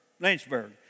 Lynchburg